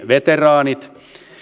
veteraanit